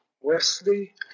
Wesley